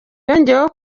yongeyeho